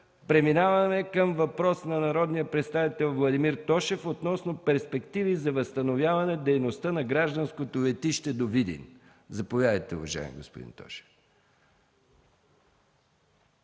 Преминаваме към въпрос от народния представител Владимир Тошев относно перспективи за възстановяване дейността на гражданското летище до Видин. Заповядайте, уважаеми господин Тошев.